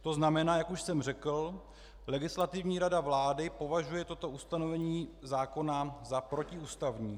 To znamená, jak už jsem řekl, Legislativní rada vlády považuje toto ustanovení zákona za protiústavní.